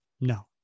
No